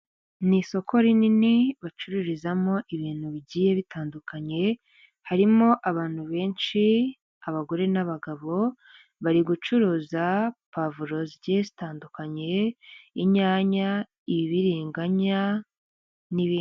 Ni isoko rinini bacururizamo ibintu bigiye bitandukanye harimo abantu benshi abagore n'abagabo bari gucuruza puwavulo zigiye zitandukanyekanye inyanya, ibiriganya n'ibindi.